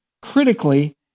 critically